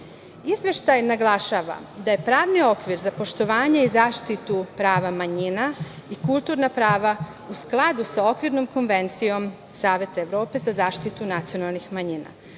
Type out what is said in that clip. godine. Izveštaj naglašava da je pravni okvir za poštovanje i zaštitu prava manjina i kulturna prava u skladu sa Okvirnom konvencijom Saveta Evrope za zaštitu nacionalnih manjina,